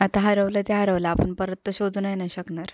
आता हरवलं ते हरवलं आपण परत तर शोधू नाही ना शकणार